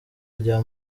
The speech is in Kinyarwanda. rya